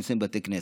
נמצאים בבתי הכנסת.